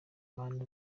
mana